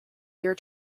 year